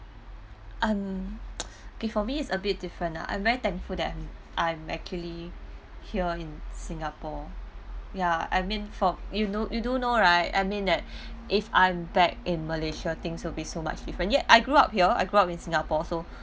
um for me it's a bit different lah I'm very thankful that I'm I'm actually here in singapore ya I mean from you know you do know right I mean that if I'm back in malaysia things will be so much different yet I grew up here I grew up in singapore so